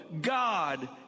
God